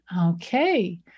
Okay